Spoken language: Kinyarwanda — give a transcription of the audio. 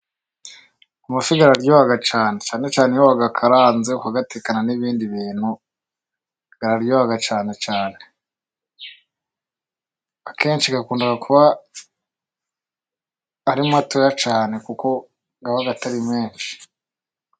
Amafi araryoha cyane. Cyane cyane iyo wayakaranze ukayatekana n'ibindi bintu, araryoha cyane cyane. Akenshi akunda kuba ari matoya kuko aba atari menshi.